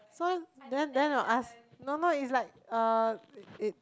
so then then I will ask no no it's like uh it